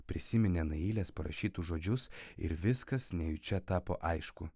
prisiminė nailės parašytus žodžius ir viskas nejučia tapo aišku